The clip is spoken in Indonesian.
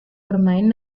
bermain